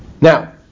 Now